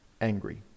angry